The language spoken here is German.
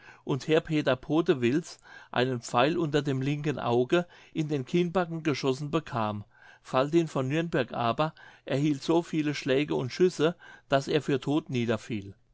und herr peter podewils einen pfeil unter dem linken auge in den kinnbacken geschossen bekam valtin von nürnberg aber erhielt so viele schläge und schüsse daß er für todt